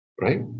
right